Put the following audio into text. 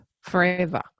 forever